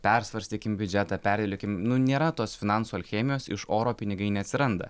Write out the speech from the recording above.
persvarstykim biudžetą perdėliokim nu nėra tos finansų alchemijos iš oro pinigai neatsiranda